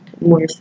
more